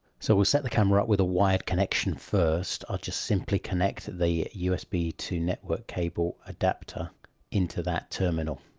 so we'll set the camera up with a wired connection first. i'll just simply connect the usb to network cable adapter into that terminal.